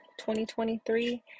2023